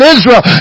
Israel